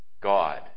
God